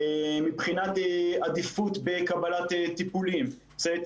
עדיפות בקבלת טיפולים,